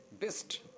best